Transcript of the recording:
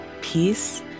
peace